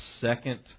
second